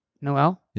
Noel